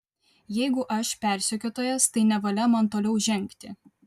jeigu aš persekiotojas tai nevalia man toliau žengti